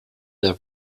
their